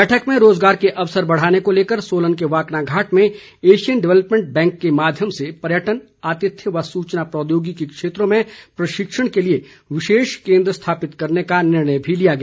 बैठक में रोजगार के अवसर बढ़ाने को लेकर सोलन के वाकनाघाट में एशियन डेवलपमेंट बैंक के माध्यम से पर्यटन आतिथ्य व सूचना प्रौद्योगिकी क्षेत्रों में प्रशिक्षण के लिए विशेष केंद्र स्थापित करने का निर्णय भी लिया गया